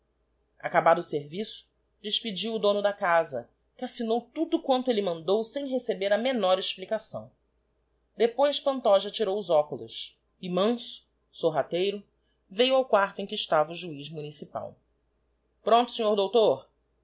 acabado o erviço despediu o dono da casa que assignou tudo quanto elle mandou sem receber a menor explicação depois pantoja tirou os óculos e manso sorrateiro vciu ao quarto em que estava o juiz municipal prompto sr doutor